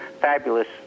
fabulous